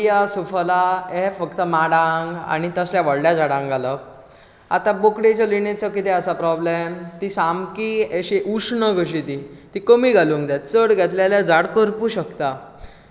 urea Suphala हे फक्त माडांक आनी तसल्या व्हडल्या झाडांक घालप आतां बोकडेच्यो लेणयेचो कितें आसा प्रोेब्लॅम ती सामकी अशी उश्ण कशी ती ती कमी घालूंक जाय चड घातलें जाल्यार झाड करपूंक शकता